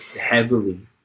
heavily